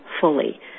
fully